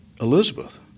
Elizabeth